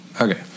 Okay